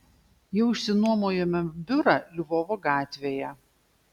jau išsinuomojome biurą lvovo gatvėje